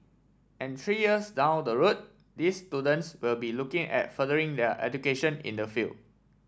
and three years down the road these students will be looking at furthering their education in the field